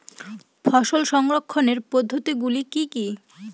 ফসল সংরক্ষণের পদ্ধতিগুলি কি কি?